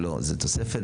זה תוספת.